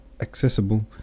accessible